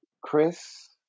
Chris